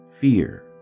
fear